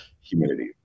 humidity